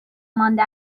مانده